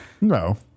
No